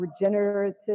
regenerative